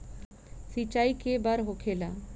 सिंचाई के बार होखेला?